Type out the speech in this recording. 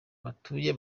batuye